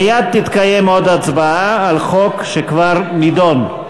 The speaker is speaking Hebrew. מייד תתקיים עוד הצבעה על חוק שכבר נדון.